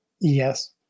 Yes